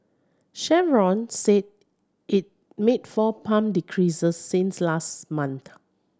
Chevron said it made four pump decreases since last month